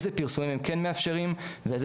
איזה פרסומים הם כן מאפשרים ואיזה